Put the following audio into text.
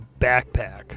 backpack